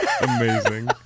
Amazing